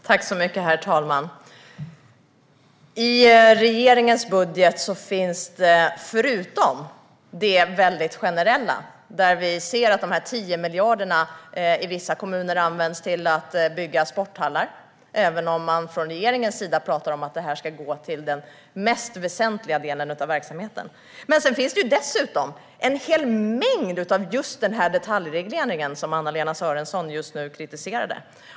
Herr talman! I regeringens budget finns en del annat förutom det generella, där vi ser att de 10 miljarderna i vissa kommuner används till att bygga sporthallar även om man från regeringens sida talar om att detta ska gå till den mest väsentliga delen av verksamheten. Det finns dessutom en hel mängd av just den detaljreglering som Anna-Lena Sörenson nu kritiserade.